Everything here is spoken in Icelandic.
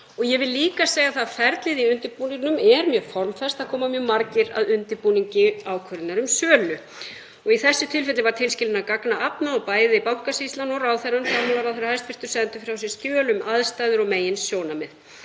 Ég vil líka segja að ferlið í undirbúningnum er mjög formfast, það koma mjög margir að undirbúningi ákvörðunar um sölu. Í þessu tilfelli var tilskilinna gagna aflað og bæði Bankasýslan og hæstv. fjármálaráðherra sendu frá sér skjöl um aðstæður og meginsjónarmið.